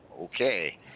Okay